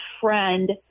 friend